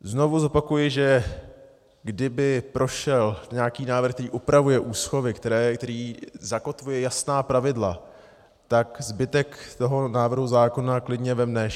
Znovu zopakuji, že kdyby prošel nějaký návrh, který upravuje úschovy, který zakotvuje jasná pravidla, tak zbytek toho návrhu zákona klidně vem nešť.